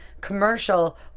commercial